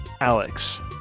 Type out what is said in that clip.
Alex